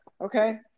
Okay